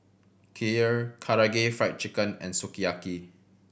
Kheer Karaage Fried Chicken and Sukiyaki